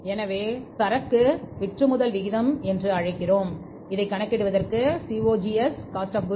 எனவே இதை சரக்கு விற்றுமுதல் விகிதம் என்று அழைக்கிறோம் இதைக் கணக்கிடுவதற்கு C